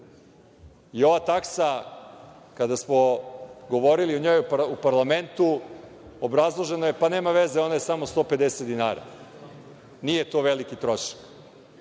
Ova taksa, kada smo govorili o njoj u parlamentu, obrazložena je – pa, nema veze, ona je samo 150 dinara, nije to veliki trošak. Ja